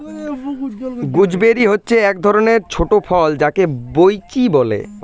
gooseberry হচ্ছে এক ধরণের ছোট ফল যাকে বৈঁচি বলে